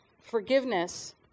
Forgiveness